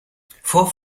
vor